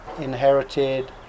inherited